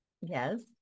Yes